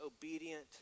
obedient